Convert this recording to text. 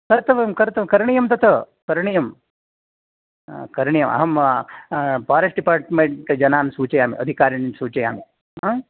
कर्तव्यं कर्त करणीयं तत् करणीयं करणीयम अहं फ़ारेस्ट् डिपार्ट्मेण्ट् जनान् सूचयामि अधिकारिणः सूचयामि ह